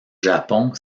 japon